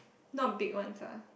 not big ones ah